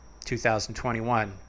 2021